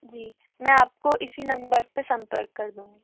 जी मैं आपको इसी नंबर पर संपर्क कर दूँगी